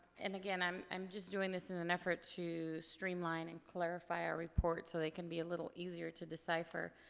and, again, i'm i'm just doing this is an effort to streamline and clarify our reports so they can be a little easier to decipher.